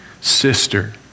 sister